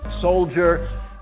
soldier